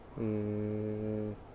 mm